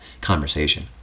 conversation